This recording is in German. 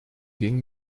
ging